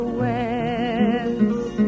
west